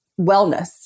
wellness